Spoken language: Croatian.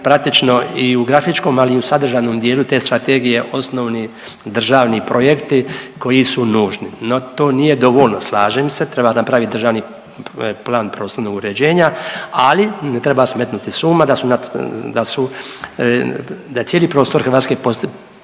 i u grafičkom, ali i u sadržajnom dijelu te strategije osnovni državni projekti koji su nužni, no to nije dovoljno slažem se treba napravit državni plan prostornog uređenja, ali ne treba smetnuti s uma da su, da su, da je cijeli prostor Hrvatske pokriven